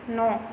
न'